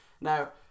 Now